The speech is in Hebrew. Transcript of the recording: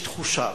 יש תחושה,